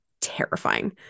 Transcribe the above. terrifying